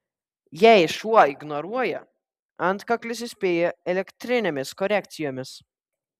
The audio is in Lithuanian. jei šuo ignoruoja antkaklis įspėja elektrinėmis korekcijomis